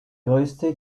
größte